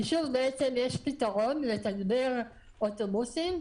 כי שוב יש פתרון לתגבר אוטובוסים,